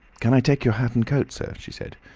can i take your hat and coat, sir? she said,